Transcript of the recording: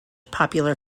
popular